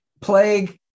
plague